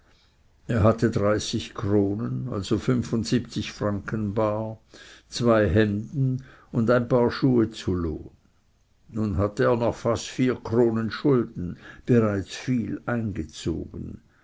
er hatte dreißig kronen also fünfundsiebzig pfund bar zwei hemden und ein paar schuhe zu lohn nun hatte er noch fast vier kronen schulden bereits viel eingezogen